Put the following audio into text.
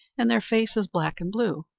and their faces black and blue.